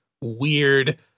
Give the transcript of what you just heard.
weird